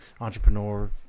entrepreneur